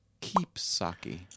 Keepsake